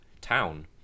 town